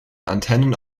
antennen